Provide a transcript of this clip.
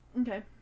Okay